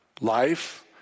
Life